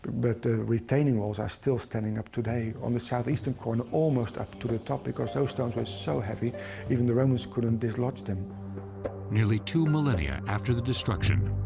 but the retaining walls are still standing up today, on the southeastern corner almost up to the top because those stones were so heavy even the romans couldn't dislodge them. narrator nearly two millennia after the destruction,